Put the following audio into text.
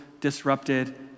disrupted